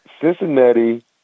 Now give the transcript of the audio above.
Cincinnati